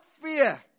fear